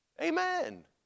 Amen